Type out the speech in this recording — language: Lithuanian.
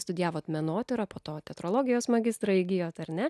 studijavot menotyrą po to teatrologijos magistrą įgijot ar ne